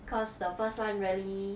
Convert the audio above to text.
cause the first one really